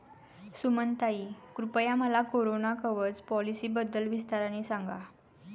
सुमनताई, कृपया मला कोरोना कवच पॉलिसीबद्दल विस्ताराने सांगा